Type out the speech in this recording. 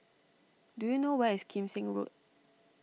do you know where is Kim Seng Road